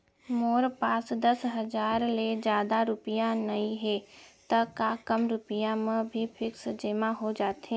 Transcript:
मोर पास दस हजार ले जादा रुपिया नइहे त का कम रुपिया म भी फिक्स जेमा हो जाथे?